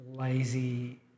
lazy